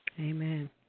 amen